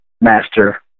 master